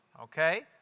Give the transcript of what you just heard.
Okay